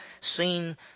seen